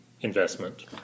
investment